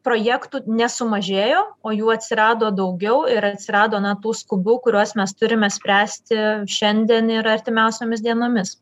projektų nesumažėjo o jų atsirado daugiau ir atsirado na tų skubių kuriuos mes turime spręsti šiandien ir artimiausiomis dienomis